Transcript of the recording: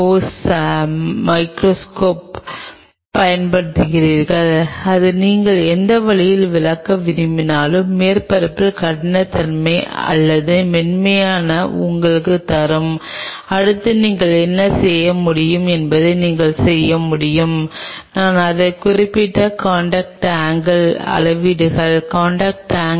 poly D லைசினின் அளவை அடிப்படையாகக் கொண்டு பாலி டி லைசின் செல்களைப் பின்பற்ற உதவுகிறதா அல்லது செல்களைப் பின்பற்ற உதவவில்லையா என்பதை நீங்கள் கணிக்க முடியும் மேலும் டோஸ் எப்படி மாறுகிறது என்று நான் கருதினால்